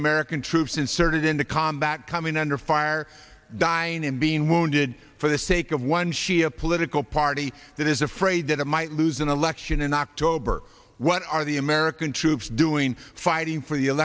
american troops inserted into combat coming under fire dying and being wounded for the sake of one shia political party that is afraid that it might lose an election in october what are the american troops doing fighting for